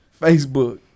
Facebook